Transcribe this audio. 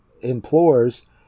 implores